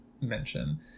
mention